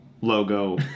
logo